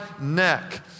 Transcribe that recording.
neck